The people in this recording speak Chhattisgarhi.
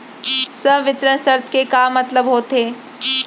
संवितरण शर्त के का मतलब होथे?